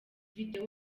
video